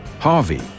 Harvey